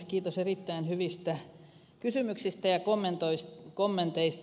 kiitos erittäin hyvistä kysymyksistä ja kommenteista